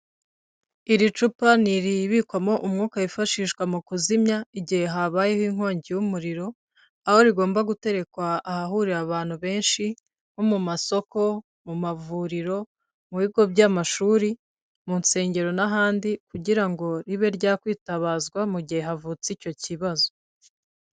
Iri cupa ntiribikwamo umwuka wifashishwa mu kuzimya igihe habayeho inkongi y'umuriro, aho rigomba guterekwa ahahurira abantu benshi, nko mu masoko, mu mavuriro mu bigo by'amashuri, mu nsengero, n'ahandi kugira ngo ribe ryakwitabazwa mu gihe havutse icyo kibazo.